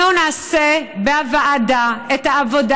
אנחנו נעשה בוועדה את העבודה,